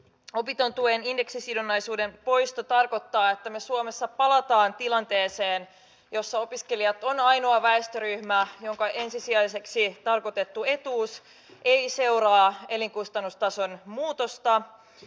opintotuen indeksisidonnaisuuden poisto tarkoittaa että me suomessa palaamme tilanteeseen jossa opiskelijat on ainoa väestöryhmä jonka ensisijaiseksi tulonlähteeksi tarkoitettu etuus ei seuraa elinkustannustason muutosta